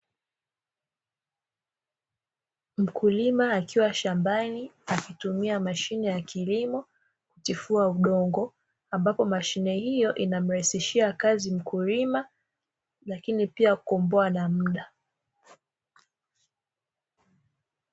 Mkulima akiwa shambani akitumia mashine ya kilimo ya kutifua udongo, ambayo mashine hiyo inamrahisishia kazi mkulima lakini pia na kuokoa muda.